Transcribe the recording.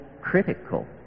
critical